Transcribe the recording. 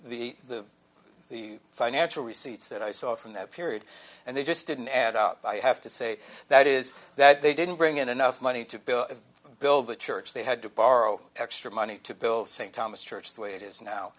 the the financial receipts that i saw from that period and they just didn't add up i have to say that is that they didn't bring in enough money to build build the church they had to borrow extra money to build st thomas church the way it is